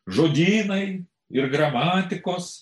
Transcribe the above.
žodynai ir gramatikos